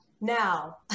now